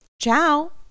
Ciao